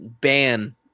ban